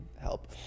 help